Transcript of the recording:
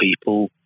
people